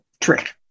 trick